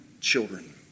children